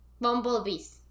Bumblebees